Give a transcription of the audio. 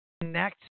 Connect